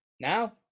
now